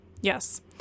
Yes